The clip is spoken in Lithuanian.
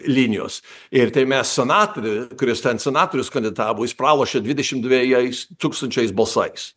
linijos ir tai mes senatorį kuris ten senatorius kanditavo jis pralošė dvidešim dvejais tūkstančiais balsais